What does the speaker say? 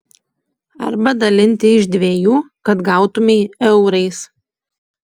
arba dalinti iš dviejų kad gautumei eurais